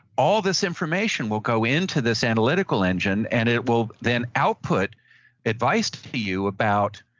all this information will go into this analytical engine. and it will then output advice to you about,